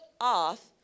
off